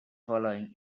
following